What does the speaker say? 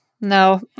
No